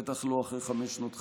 בטח לא אחרי חמש שנות חקירה.